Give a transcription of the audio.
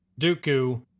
Dooku